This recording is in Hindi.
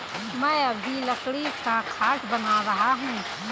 मैं अभी लकड़ी का खाट बना रहा हूं